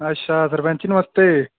अच्छा सरपैंच नमस्ते